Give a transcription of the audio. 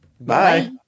Bye